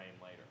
later